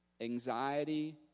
anxiety